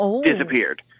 disappeared